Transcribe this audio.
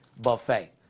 buffet